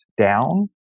down